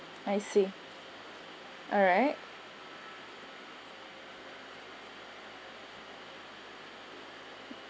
I see alright